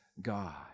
God